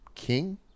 king